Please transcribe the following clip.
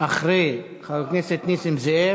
אחרי חבר הכנסת נסים זאב.